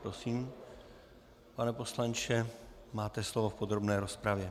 Prosím, pane poslanče, máte slovo v podrobné rozpravě.